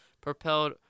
propelled